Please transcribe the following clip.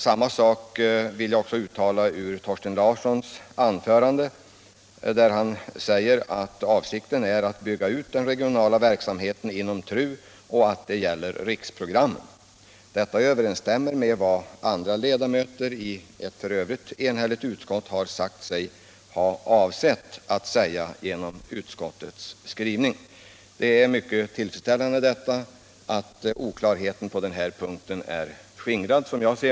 Samma sak utläser jag ur Thorsten Larssons anförande, där han säger att avsikten är att bygga ut den regionala verksamheten inom TRU och att det gäller riksprogram. Detta överensstämmer med vad andra ledamöter i ett f.ö. enigt utskott har avsett att säga. Det är, som jag ser det, mycket tillfredsställande att oklarheten på den här punkten är skingrad.